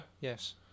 yes